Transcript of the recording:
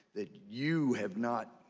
that you have not,